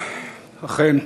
אכן.